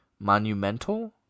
Monumental